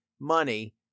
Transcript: money